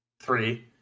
Three